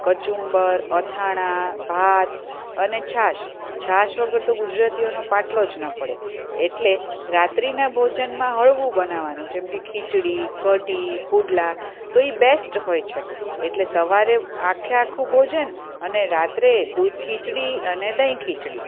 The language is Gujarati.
કચુંબર અથાણાં ભાત અને છાશ છાશ વગર તો ગુજરાતીઓનો પાટલો જ ન પડે એટલે રાત્રિનાં ભોજનમાં હળવું બનાવવાનું જેમકે ખીચડી કઢી પુડલા તો એ બેસ્ટ હોય છે એટલે સવારે આખેઆખું ભોજન અને રાત્રે દૂધ ખીચડી અને દહીં ખીચડી